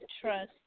trust